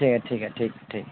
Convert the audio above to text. ठीक है ठीक है ठीक है ठीक है